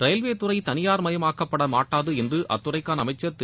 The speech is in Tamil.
ரயில்வே துறை தனியார் மயமாக்கப்பட மாட்டாது என்று அத்துறைக்கான அமைச்சர் திரு